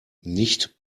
nicht